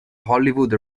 hollywood